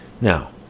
Now